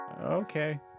Okay